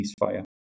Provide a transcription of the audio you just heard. ceasefire